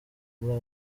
muri